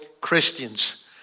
Christians